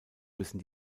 müssen